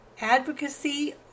Advocacy